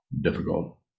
difficult